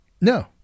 No